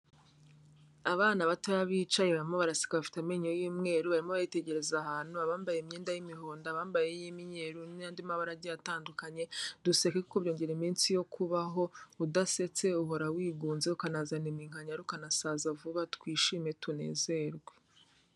Abana batoya bicaye barimo baraseka bafite amenyo y'umweru, barimo baritegereza ahantu, abambaye imyenda y'imihondo, abambaye iy'imyeru n'andi mabara agiye atandukanye, duseke kuko byongera iminsi yo kubaho, udasetse uhora wigunze, ukanazana iminkanyari, ukanasaza vuba, twishime tunezerwe.